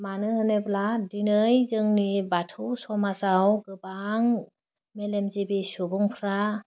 मानो होनोब्ला दिनै जोंनि बाथौ समाजआव गोबां मेलेमजिबि सुबुंफ्रा